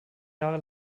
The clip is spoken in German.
jahre